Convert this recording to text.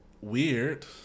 weird